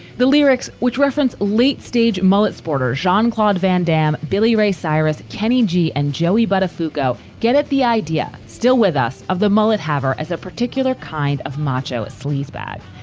the lyrics, which reference late stage mullet, sporter jean-claude van damme, billy ray cyrus, kenny g and joey buttafuoco get at the idea still with us of the mullet havva as a particular kind of macho macho sleazebag,